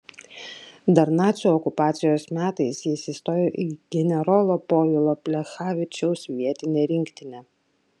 dar nacių okupacijos metais jis įstojo į generolo povilo plechavičiaus vietinę rinktinę